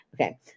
Okay